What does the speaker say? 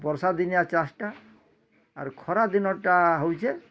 ବର୍ଷା ଦିନିଆ ଚାଷ୍ଟା ଆରୁ ଖରାଦିନଟା ହେଉଛେଁ